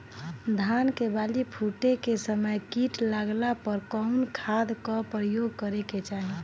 धान के बाली फूटे के समय कीट लागला पर कउन खाद क प्रयोग करे के चाही?